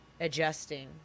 adjusting